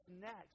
next